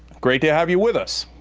great to have you with us.